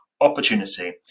opportunity